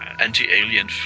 anti-alien